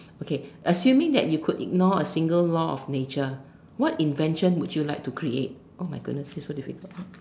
okay assuming that you could ignore a single law of nature what invention would you like to create oh-my-goodness this is so difficult